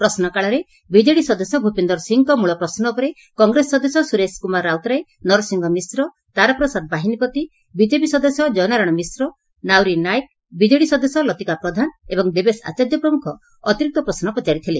ପ୍ରଶ୍ନକାଳରେ BJD ସଦସ୍ୟ ଭ୍ପିନ୍ଦର ସିଂଙ୍କ ମ୍ଳପ୍ରଶ୍ନ ଉପରେ କଂଗ୍ରେସ ସଦସ୍ୟ ସୁରେଶ କୁମାର ରାଉତରାୟ ନରସିଂହ ମିଶ୍ର ତାରାପ୍ରସାଦ ବାହିନୀପତି ବିଜେପି ସଦସ୍ୟ ଜୟନାରାୟଶ ମିଶ୍ର ନାଉରୀ ନାୟକ ବିଜେଡ଼ି ସଦସ୍ୟ ଲତିକା ପ୍ରଧାନ ଏବଂ ଦେବେଶ ଆଚାର୍ଯ୍ୟ ପ୍ରମୁଖ ଅତିରିକ୍ତ ପ୍ରଶ୍ନ ପଚାରିଥିଲେ